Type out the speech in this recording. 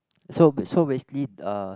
so b~ so basically uh